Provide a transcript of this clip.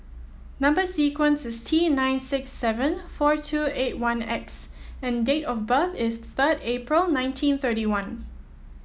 number sequence is T nine six seven four two eight one X and date of birth is third April nineteen thirty one